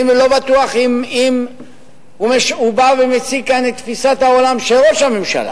אני לא בטוח אם הוא בא ומציג כאן את תפיסת העולם של ראש הממשלה,